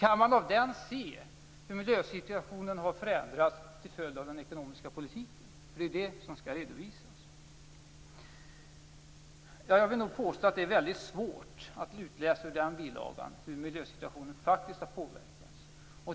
Kan man av den se hur miljösituationen har förändrats till följd av den ekonomiska politiken? Det är ju det som skall redovisas. Jag vill nog påstå att det är väldigt svårt att av bilagan utläsa hur miljösituationen faktiskt har påverkats.